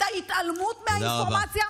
את ההתעלמות מהאינפורמציה,